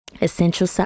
Essential